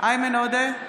איימן עודה,